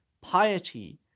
piety